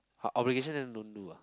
how obligation then don't do uh